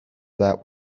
that